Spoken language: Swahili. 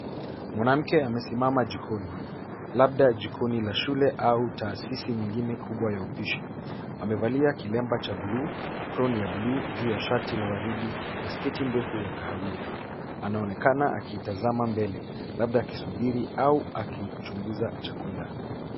Mwanamke amesimama jikoni, labda jikoni la shule au taasisi nyingine kubwa ya upishi. Amevalia kilemba cha buluu, apron ya buluu juu ya shati la waridi, na sketi ndefu ya kahawia. Anaonekana akitazama mbele, labda akisubiri au akichunguza chakula.